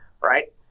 right